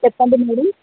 చెప్పండి మేడం